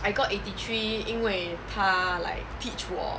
I got eighty three 因为他 like teach 我